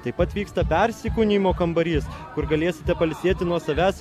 taip pat vyksta persikūnijimo kambarys kur galėsite pailsėti nuo savęs